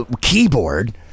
keyboard